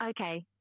Okay